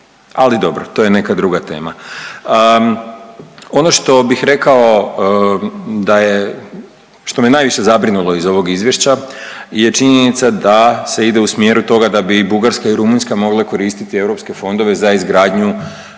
Ali dobro, to je neka druga tema. Ono što bih rekao da je, što me najviše zabrinulo iz ovog izvješća je činjenica da se ide u smjeru toga da bi i Bugarska i Rumunjska mogle koristiti europske fondove za izgradnju